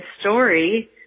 story